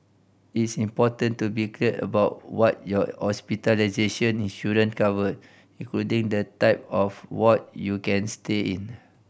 it's important to be clear about what your hospitalization insurance cover including the type of ward you can stay in